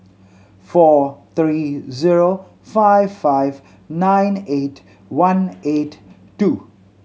four three zero five five nine eight one eight two